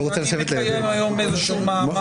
אז יושב-ראש הוועדה הוא נאמן של הוועדה.